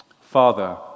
Father